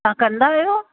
तव्हां कंदा आहियो